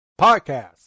podcast